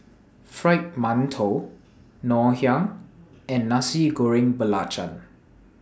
Fried mantou Ngoh Hiang and Nasi Goreng Belacan